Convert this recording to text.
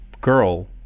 girl